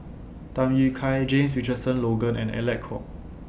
Tham Yui Kai James Richardson Logan and Alec Kuok